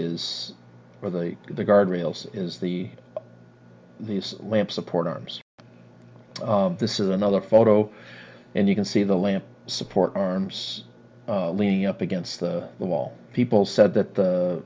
is where the the guard rails is the these lamp support arms this is another photo and you can see the lamp support arms leaning up against the wall people said that